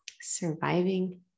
surviving